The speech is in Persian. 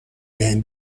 بهم